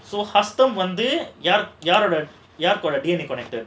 so husband one day யாரோட:yaaroda